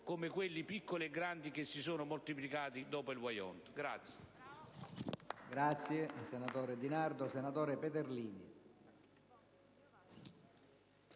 come quelli, piccoli e grandi, che si sono moltiplicati dopo il Vajont.